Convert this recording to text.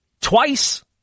twice